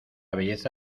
belleza